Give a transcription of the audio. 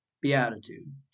beatitude